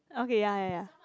okay ya ya ya